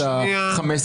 קח את חוק הפונדקאות.